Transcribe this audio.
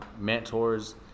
mentors